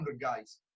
guys